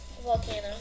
Volcano